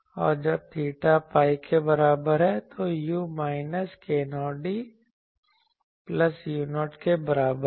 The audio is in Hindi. और जब थीटा pi के बराबर है तो u minus k0d plus u0 के बराबर है